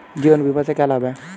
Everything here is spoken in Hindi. जीवन बीमा से क्या लाभ हैं?